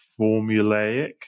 formulaic